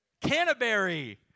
Canterbury